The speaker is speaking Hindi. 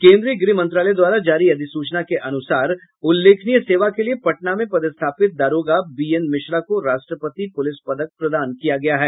केन्द्रीय गृह मंत्रालय द्वारा जारी अधिसूचना के अनुसार उल्लेखनीय सेवा के लिए पटना में पदस्थापित दारोगा बीएन मिश्रा को राष्ट्रपति पुलिस पदक प्रदान किया गया है